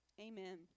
Amen